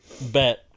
Bet